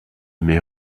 mais